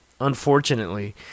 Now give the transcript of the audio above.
unfortunately